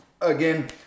again